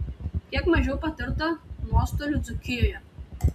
kiek mažiau patirta nuostolių dzūkijoje